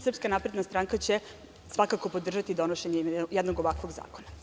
Srpska napredna stranka će svakako podržati donošenje jednog ovakvog zakona.